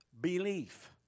belief